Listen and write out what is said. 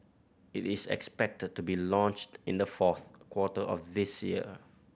it is expected to be launched in the fourth quarter of this year